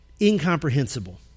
Incomprehensible